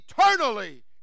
eternally